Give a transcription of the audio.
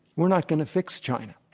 we're not going to fix china.